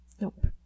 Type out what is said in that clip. Nope